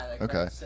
Okay